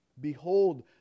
Behold